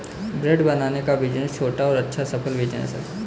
bread बनाने का business छोटा और अच्छा सफल बिज़नेस है